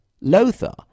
Lothar